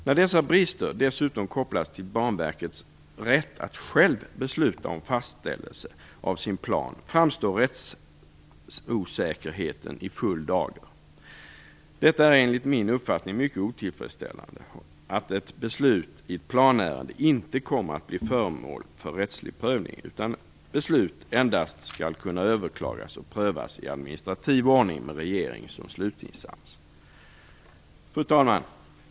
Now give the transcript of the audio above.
När dessa brister dessutom kopplas till Banverkets rätt att självt besluta om fastställelse av sin plan framstår rättsosäkerheten i full dager. Det är enligt min uppfattning mycket otillfredsställande att ett beslut i planärenden inte kommer att bli föremål för rättslig prövning utan beslut endast skall kunna överklagas och prövas i administrativ ordning med regeringen som slutinstans. Fru talman!